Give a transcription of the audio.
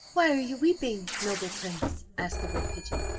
why are you weeping, noble prince asked the wood-pigeon.